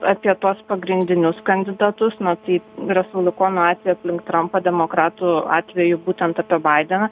apie tuos pagrindinius kandidatus na tai respublikonų atveju aplink trampą demokratų atveju būtent apie baideną